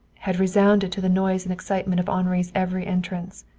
had resounded to the noise and excitement of henri's every entrance.